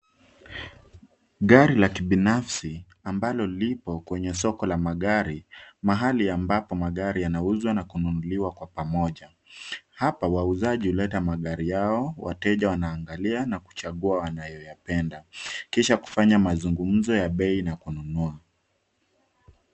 Gari la kibinafsi ambalo lipo kwenye soko la magari mahali ambapo magari yanauzwa na kununuliwa kwa pamoja. Hapa wauzaji uleta magari yao, wateja wanaangalia na kuchagua wanayo yapenda. Kisha kufanya mazungumzo ya bei na kununua.